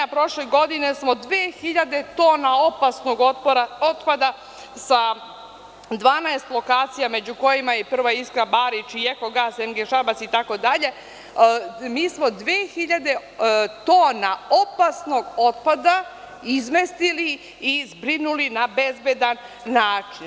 Prošle godine smo dve hiljade tona opasnog otpada sa 12 lokacija, među kojima je „Prva iskra“ Barič i „Ekogas“ i „Enge“ Šabac, itd, mi smo dve hiljade tona opasnog otpada izmestili i zbrinuli na bezbedan način.